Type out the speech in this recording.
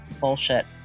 bullshit